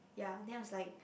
ya then was like